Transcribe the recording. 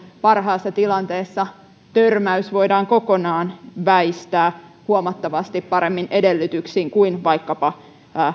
parhaassa tilanteessa törmäys voidaan kokonaan väistää huomattavasti paremmin edellytyksin kuin